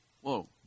Whoa